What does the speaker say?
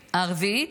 הרביעית.